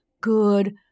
Good